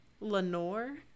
Lenore